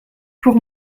pour